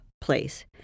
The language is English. place